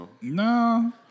No